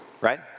right